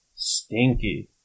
Stinky